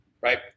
right